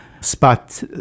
spot